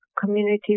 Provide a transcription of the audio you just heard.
community